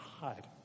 God